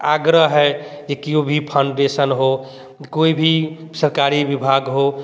आगरा है कि एक यो भी फाउंडेशन हो कोई भी सरकारी विभाग हो